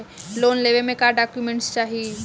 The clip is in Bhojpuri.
लोन लेवे मे का डॉक्यूमेंट चाही?